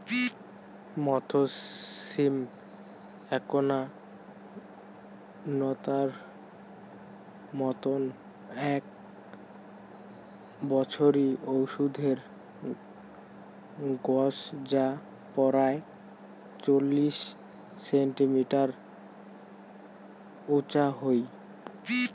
মথ সিম এ্যাকনা নতার মতন এ্যাক বছরি ওষুধের গছ যা পরায় চল্লিশ সেন্টিমিটার উচা হই